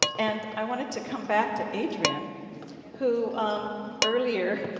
and i wanted to come back to adrienne who um earlier,